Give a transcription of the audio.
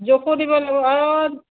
জোখো দিব লাগিব অঁ